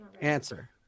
Answer